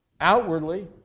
outwardly